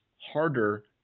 harder